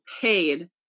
paid